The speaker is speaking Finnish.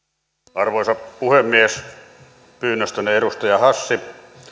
arvoisa puhemies pyynnöstänne edustaja hassi